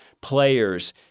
players